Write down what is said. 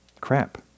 crap